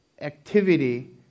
activity